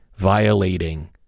violating